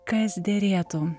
kas derėtų